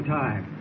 time